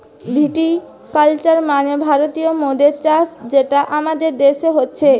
ভিটি culture মানে ভারতীয় মদের চাষ যেটা আমাদের দেশে হচ্ছে